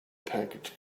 package